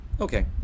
okay